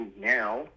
now